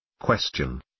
Question